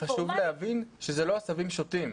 וחשוב להבין שזה לא עשבים שוטים,